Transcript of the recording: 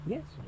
Yes